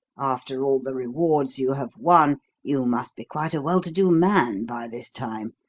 after all the rewards you have won you must be quite a well-to-do man by this time,